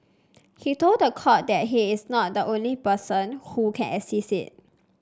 he told the court that he is not the only person who can assist